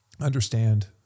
understand